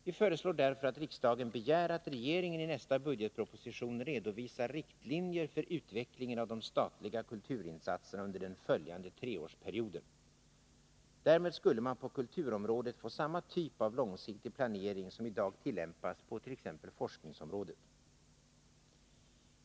Vi föreslår därför att riksdagen begär att regeringen i nästa budgetproposition redovisar riktlinjer för utvecklingen av de statliga kulturinsatserna under den följande treårsperioden. Därmed skulle man på kulturområdet få samma typ av långsiktig planering som i dag tillämpas på t.ex. forskningsområdet.